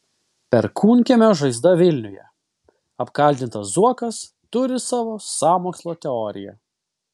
perkūnkiemio žaizda vilniuje apkaltintas zuokas turi savo sąmokslo teoriją